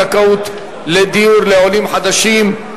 זכאות לדיור לעולים חדשים),